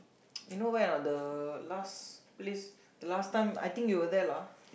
you know where not the last place the last time I think you were there lah